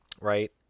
right